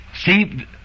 See